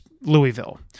Louisville